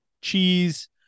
cheese